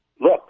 look